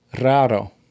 Raro